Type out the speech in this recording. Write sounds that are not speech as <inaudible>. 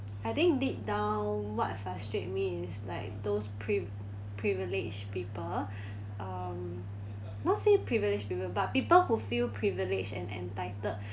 I think deep down what frustrate me is like those prove pri~ privileged people <breath> um not say privilege people but people who feel privileged and entitled